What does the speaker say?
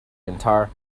entire